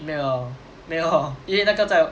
没有 liao lor 没有 liao 因为那个在